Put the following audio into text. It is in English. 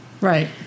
right